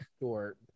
Sure